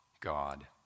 God